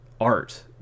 art